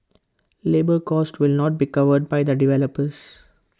labour cost will not be covered by the developers